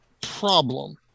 problem